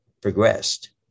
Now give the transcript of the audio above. progressed